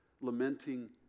lamenting